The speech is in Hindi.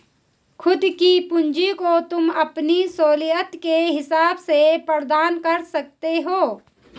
खुद की पूंजी को तुम अपनी सहूलियत के हिसाब से प्रदान कर सकते हो